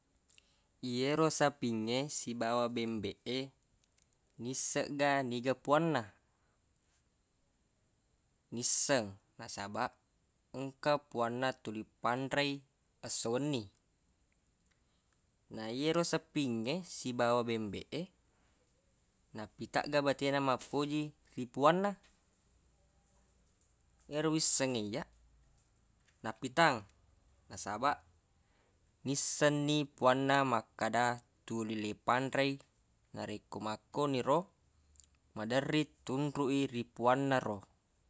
Yero sapingnge sibawa bembeq e nisseng ga niga puanna nisseng nasabaq engka puanna tuli panre i esso wenni na yero sapingnge sibawa bembeq e nappitagga bate na mappoji ri puanna ero wissengnge iyyaq nappitang nasabaq nissenni puanna makkada tuli le panrei narekko makkoniro maderriq tunruq i ri puanna ro